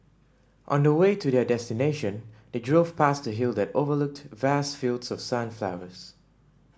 on the way to their destination they drove past a hill that overlooked vast fields of sunflowers